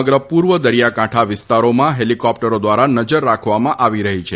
સમગ્ર પૂર્વ દરિયાકાંઠા વિસ્તારોમાં હેલીકોપ્ટરો દ્વારા નજર રાખવામાં આવી રહી છે